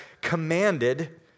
commanded